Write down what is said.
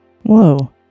Whoa